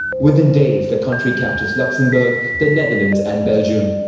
within days, the country captures luxembourg, the netherlands and belgium.